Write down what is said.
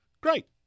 Great